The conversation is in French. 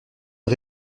une